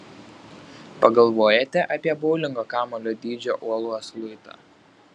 pagalvojate apie boulingo kamuolio dydžio uolos luitą